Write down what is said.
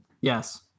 Yes